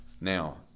now